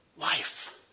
Life